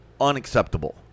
unacceptable